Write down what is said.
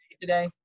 today